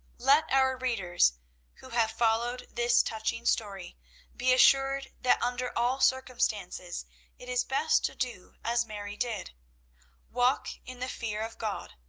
let our readers who have followed this touching story be assured that under all circumstances it is best to do as mary did walk in the fear of god,